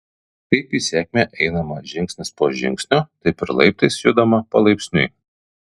kaip į sėkmę einama žingsnis po žingsnio taip ir laiptais judama palaipsniui